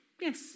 Yes